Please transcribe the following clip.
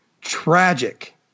tragic